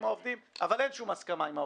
העובדים אבל אין שום הסכמה עם העובדים.